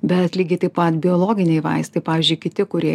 bet lygiai taip pat biologiniai vaistai pavyzdžiui kiti kurie